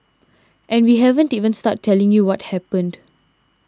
and we haven't even started telling you what happened